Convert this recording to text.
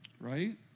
right